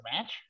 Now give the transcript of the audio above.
match